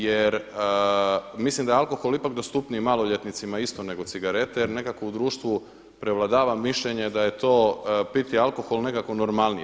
Jer mislim da je alkohol ipak dostupniji maloljetnicima isto nego cigarete, jer nekako u društvu prevladava mišljenje da je to piti alkohol nekako normalnije.